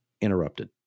interrupted